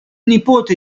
nipote